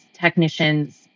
technicians